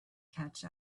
catch